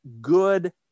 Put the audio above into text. good